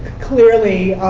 clearly,